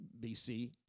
BC